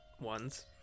ones